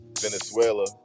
Venezuela